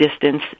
distance